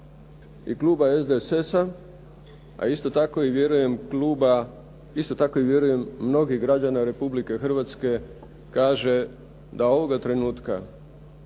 i kluba SDSS-a a isto tako i vjerujem mnogih građana Republike Hrvatske kaže da ovoga trenutka